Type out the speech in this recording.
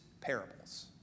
parables